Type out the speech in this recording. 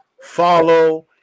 follow